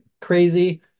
Crazy